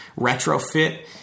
retrofit